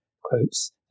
quotes